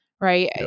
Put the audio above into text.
Right